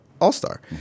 all-star